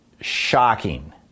shocking